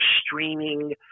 streaming